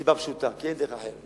מסיבה פשוטה כי אין דרך אחרת,